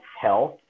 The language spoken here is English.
health